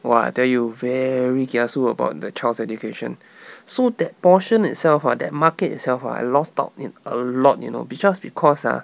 !wah! I tell you very kiasu about the child's education so that portion itself ah that market itself ah I lost out in a lot you know just because ah